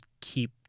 keep